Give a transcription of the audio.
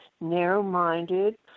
narrow-minded